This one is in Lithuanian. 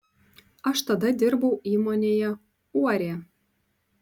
aš tada dirbau įmonėje uorė